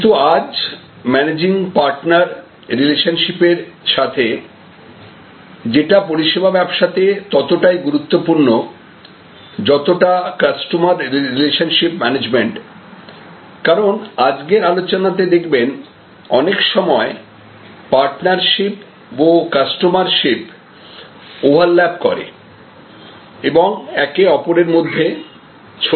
কিন্তু আজ managing partner রিলেশনশিপের সাথে সাথে যেটা পরিষেবা ব্যবসাতে ততটাই গুরুত্বপূর্ণ যতটা কাস্টমার রিলেশনশিপ ম্যানেজমেন্ট কারণ আজকের আলোচনাতে দেখবেন অনেক সময় পার্টনারশিপ ও কাস্টমারশিপ ওভারল্যাপ করে এবং একে অপরের মধ্যে ছড়িয়ে যায়